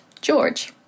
George